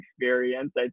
experience